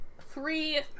three